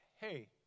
hey